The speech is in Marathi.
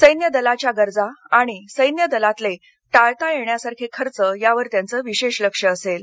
सैन्य दलाच्या गरजा आणि सैन्य दलातले टाळता येण्यासारखे खर्च यावर त्यांचे विशेष लक्ष असेल